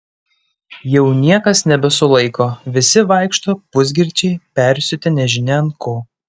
jau niekas nebesulaiko visi vaikšto pusgirčiai persiutę nežinia ant ko